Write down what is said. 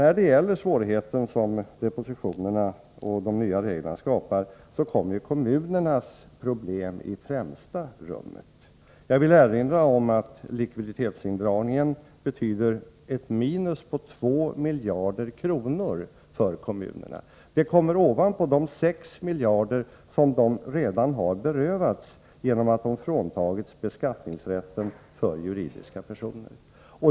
Vad gäller de svårigheter som depositionerna och de nya reglerna skapar kommer kommunernas problem i främsta rummet. Jag vill erinra om att likviditetsindragningen betyder ett minus på 2 miljarder kronor för kommunerna. Det kommer ovanpå de 6 miljarder kronor som kommunerna redan har berövats genom att de har fråntagits beskattningsrätten för juridiska personer.